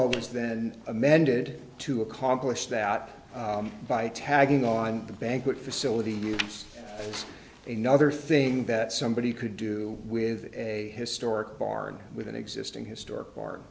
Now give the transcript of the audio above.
e then amended to accomplish that by tagging on the banquet facilities another thing that somebody could do with a historic barn with an existing historic